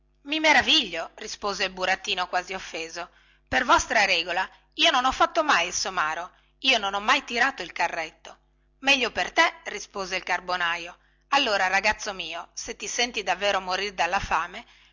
i meraviglio rispose il burattino quasi offeso per vostra regola io non ho fatto mai il somaro io non ho mai tirato il carretto meglio per te rispose il carbonaio allora ragazzo mio se ti senti davvero morir dalla fame